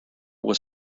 was